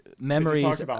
memories